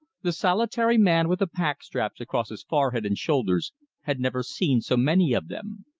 the solitary man with the packstraps across his forehead and shoulders had never seen so many of them.